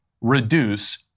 reduce